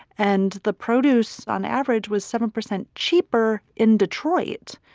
and the produce on average was seven percent cheaper in detroit